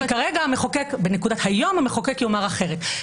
היום המחוקק יאמר אחרת.